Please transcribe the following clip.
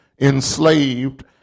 enslaved